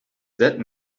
that